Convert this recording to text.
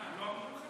אדוני היושב-ראש,